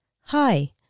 Hi